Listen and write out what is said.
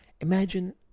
Imagine